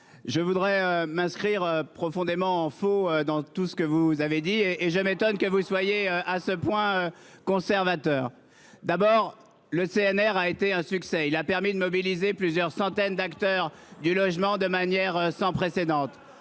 je m'inscris profondément en faux contre tout ce que vous avez affirmé, et je m'étonne que vous soyez à ce point conservateur. D'abord, le CNR a été un succès. Il a permis de mobiliser plusieurs centaines d'acteurs du logement, dans des proportions